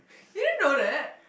you didn't know that